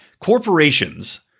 corporations